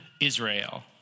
Israel